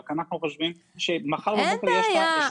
אנחנו רק חושבים שמחר בבוקר --- אין בעיה,